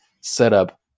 setup